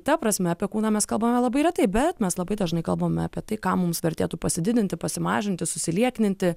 ta prasme apie kūną mes kalbame labai retai bet mes labai dažnai kalbame apie tai ką mums vertėtų pasididinti pasimažinti susiliekninti